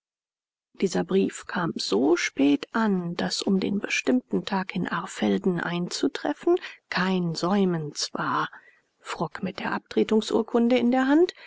dieser brief kam so spät an daß um den bestimmten tag in arrfelden einzutreffen kein säumens war frock mit der abtretungsurkunde in der hand